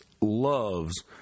loves